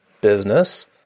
business